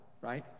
right